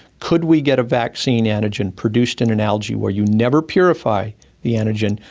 could we get a vaccine antigen produced in an algae where you never purify the antigen,